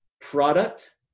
product